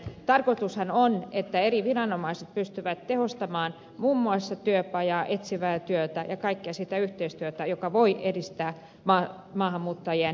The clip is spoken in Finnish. tarkoitushan on että eri viranomaiset pystyvät tehostamaan muun muassa työpaja ja etsivää työtä ja kaikkea sitä yhteistyötä joka voi edistää maahanmuuttajien työllistymistä